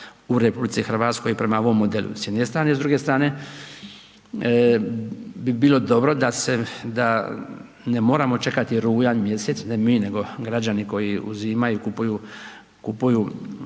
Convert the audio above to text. u RH prema ovom modelu s jedne strane, s druge strane bi bilo dobro da ne moramo čekati rujan mjesec, ne mi, nego građani koji uzimaju, kupuju